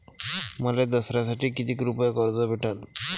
मले दसऱ्यासाठी कितीक रुपये कर्ज भेटन?